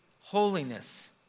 holiness